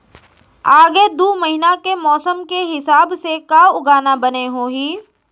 आगे दू महीना के मौसम के हिसाब से का उगाना बने होही?